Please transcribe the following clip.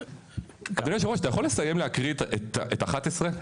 אדוני היו"ר, אתה יכול לסיים להקריא את 11?